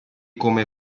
come